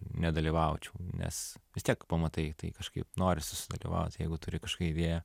nedalyvaučiau nes vis tiek pamatai tai kažkaip norisi sudalyvaut jeigu turi kažkokią idėją